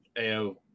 Ao